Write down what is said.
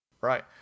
Right